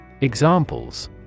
Examples